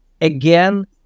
again